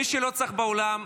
מי שלא צריך להיות באולם,